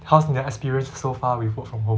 how's 你的 experience so far with from home